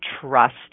trust